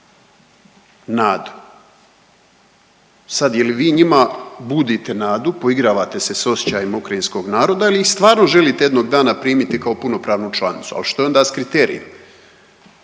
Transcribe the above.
Sad jel vi njima budite nadu, poigravate se s osjećajima ukrajinskog naroda ili ih stvarno želite jednog dana primiti kao punopravnu članicu? Ali što je onda s kriterijima?